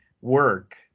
work